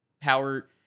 power